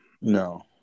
No